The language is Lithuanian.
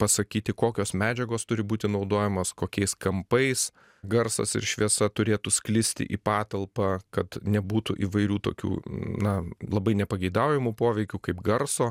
pasakyti kokios medžiagos turi būti naudojamos kokiais kampais garsas ir šviesa turėtų sklisti į patalpą kad nebūtų įvairių tokių na labai nepageidaujamų poveikių kaip garso